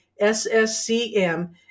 SSCM